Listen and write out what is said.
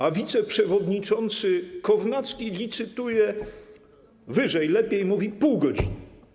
A wiceprzewodniczący Kownacki licytuje wyżej, lepiej i mówi: pół godziny.